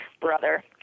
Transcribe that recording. brother